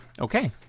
Okay